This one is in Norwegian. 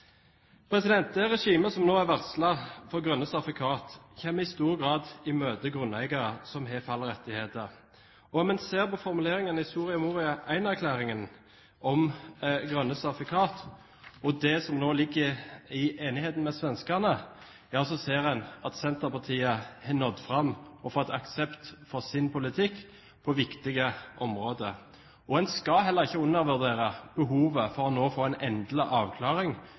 Det regimet som nå er varslet for grønne sertifikat, kommer i stor grad i møte grunneiere som har fallrettigheter. Om man ser på formuleringen i Soria Moria I-erklæringen om grønne sertifikat og det som nå ligger i enigheten med svenskene, ser man at Senterpartiet har nådd fram og fått aksept for sin politikk på viktige områder. Man skal heller ikke undervurdere behovet for nå endelig å få en avklaring